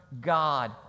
God